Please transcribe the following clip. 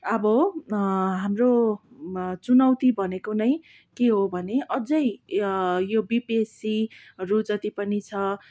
आबो हाम्रो चुनौती भनेको नै के हो भने अझै यो बिपिएचसीहरू जति पनि छ